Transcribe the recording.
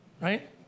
Right